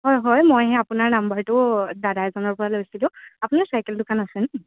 হয় হয় মই সেই আপোনাৰ নাম্বাৰটো দাদা এজনৰ পৰা লৈছিলোঁ আপোনাৰ চাইকেল দোকান আছে নহ্